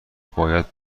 باید